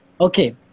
okay